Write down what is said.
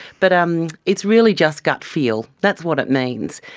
but um it's really just gut feel, that's what it means.